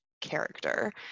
character